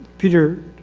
peter,